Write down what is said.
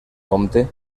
compte